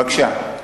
בבקשה.